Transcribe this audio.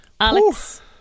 Alex